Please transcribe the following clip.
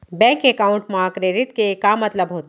Bank account मा credit के का मतलब होथे?